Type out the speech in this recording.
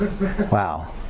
Wow